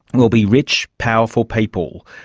will be rich, powerful people,